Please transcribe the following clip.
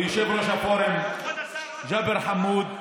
ויושב-ראש הפורום ג'אבר חמוד,